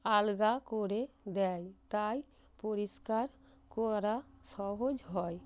আলগা করে দেয় তাই পরিষ্কার করা সহজ হয়